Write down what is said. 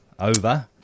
Over